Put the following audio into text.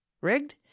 rigged